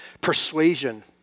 persuasion